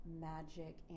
magic